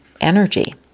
energy